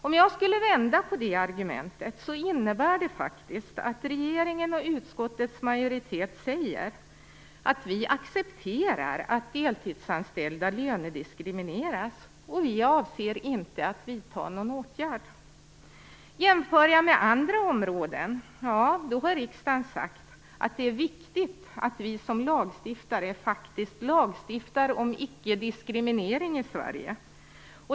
Om jag skulle vända på det argumentet innebär det faktiskt att regeringen och utskottets majoritet säger att man accepterar att deltidsanställda lönediskrimineras och att man inte avser att vidta någon åtgärd. Jämför jag med andra områden ser jag att riksdagen har sagt att det är viktigt att vi som lagstiftare faktiskt lagstiftar om icke-diskriminering i Sverige.